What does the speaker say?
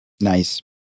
Nice